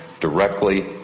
directly